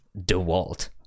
dewalt